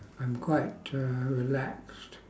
I'm quite uh relaxed